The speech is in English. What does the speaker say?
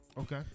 Okay